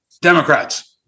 Democrats